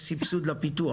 יש סבסוד לפיתוח?